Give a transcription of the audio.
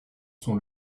sont